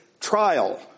trial